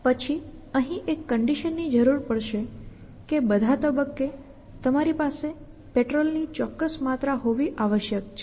પછી અહીં એક કન્ડિશન ની જરૂર પડશે કે બધા તબક્કે તમારી પાસે પેટ્રોલ ની ચોક્કસ માત્રા હોવી આવશ્યક છે